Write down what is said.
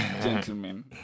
gentlemen